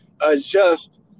adjust